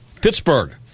Pittsburgh